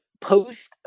post